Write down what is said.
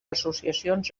associacions